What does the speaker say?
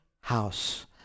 house